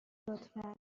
لطفا